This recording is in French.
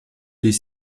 des